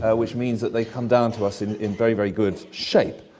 which means that they've come down to us in in very, very good shape.